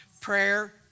Prayer